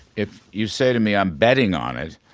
if you say to me i'm betting on it.